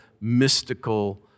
mystical